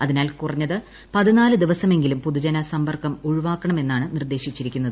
അതിനാൽ കുറഞ്ഞത് പതിനാല് ദിവസമെങ്കിലും പൊതുജന സമ്പർക്കം ഒഴിവാക്കണമെന്നാണ് നിർദേശിച്ചിരിക്കുന്നത്